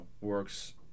works